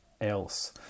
else